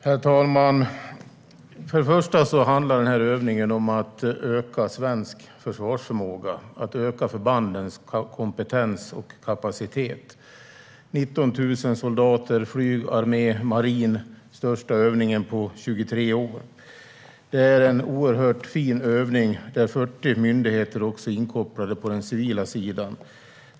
Herr talman! Först och främst handlar övningen om att öka svensk försvarsförmåga, att öka förbandens kompetens och kapacitet. Med 19 000 soldater, flyg, armé och marin är det den största övningen på 23 år. Det är en oerhört fin övning där 40 myndigheter är inkopplade också på den civila sidan.